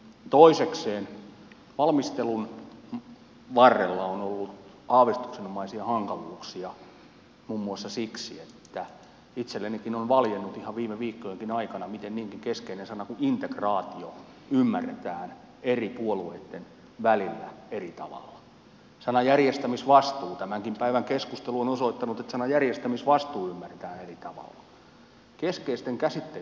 toisekseen valmistelun varrella on ollut aavistuksenomaisia hankaluuksia muun muassa siksi että itsellenikin on valjennut ihan viime viikkojenkin aikana miten niinkin keskeinen sana kuin integraatio ymmärretään eri puolueissa eri tavalla ja tämänkin päivän keskustelu on osoittanut että sana järjestämisvastuu ymmärretään eri tavalla keskeisten käsitteitten kanssa on ongelmia